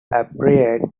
appeared